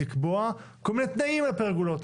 לקבוע כל מיני תנאים לפרגולות.